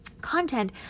content